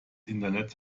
internet